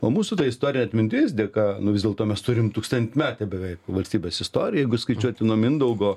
o mūsų ta istorinė atmintis dėka nu vis dėlto mes turim tūkstantmetę beveik valstybės istoriją jeigu skaičiuoti nuo mindaugo